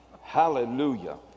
Hallelujah